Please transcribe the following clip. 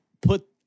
put